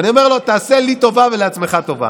ואני אומר לו: תעשה לי טובה ולעצמך טובה,